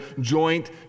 joint